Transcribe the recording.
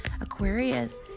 Aquarius